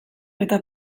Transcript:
eta